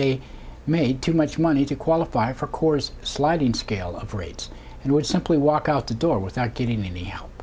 they made too much money to qualify for corps sliding scale of rates and would simply walk out the door without getting any help